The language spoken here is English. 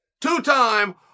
two-time